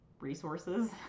resources